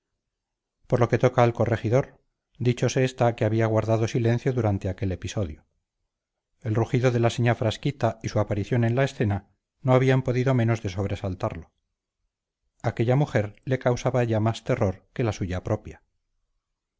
por lo que toca al corregidor dicho se está que había guardado silencio durante aquel episodio el rugido de la señá frasquita y su aparición en la escena no habían podido menos de sobresaltarlo aquella mujer le causaba ya más terror que la suya propia